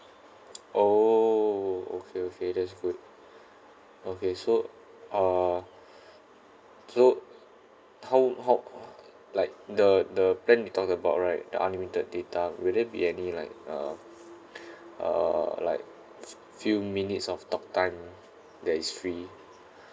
oo okay okay that's good okay so uh so how how like the the plan that you talk about right the unlimited data will there be any like uh uh like f~ few minutes of talk time that is free